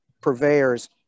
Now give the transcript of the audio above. purveyors